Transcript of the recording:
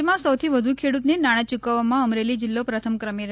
રાજ્યમાં સૌથી વધુ ખેડૂતને નાણાં યુકવવામાં અમરેલી જિલ્લો પ્રથમ ક્રમે છે